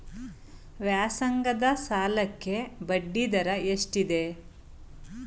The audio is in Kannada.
ವ್ಯಾಸಂಗದ ಸಾಲಕ್ಕೆ ಬಡ್ಡಿ ದರ ಎಷ್ಟಿದೆ?